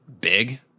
big